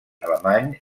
alemany